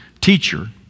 teacher